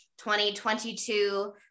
2022